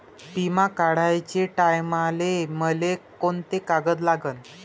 बिमा काढाचे टायमाले मले कोंते कागद लागन?